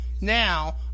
Now